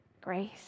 grace